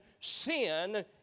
sin